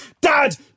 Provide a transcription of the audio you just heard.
Dad